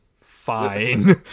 fine